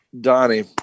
Donnie